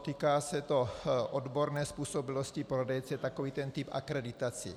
Týká se to odborné způsobilosti prodejce, takový ten typ akreditace.